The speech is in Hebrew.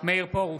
מאיר פרוש,